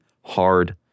hard